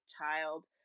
child